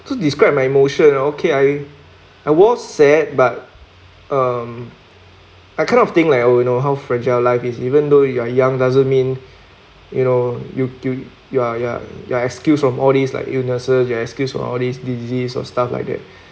so describe my emotion I okay I I was sad but um I kind of think of like oh how fragile life is even though you are young doesn't mean you know you you you're you're excused from all these like illnesses you excused from all this disease or stuff like that